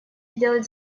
сделать